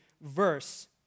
verse